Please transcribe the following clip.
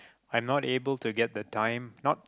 I'm not able to get the time not